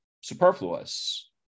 superfluous